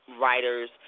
writers